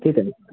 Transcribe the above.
त्यही त नि